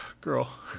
girl